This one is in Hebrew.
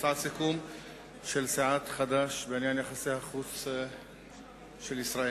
הצעת סיכום של סיעת חד"ש בעניין יחסי החוץ של ישראל,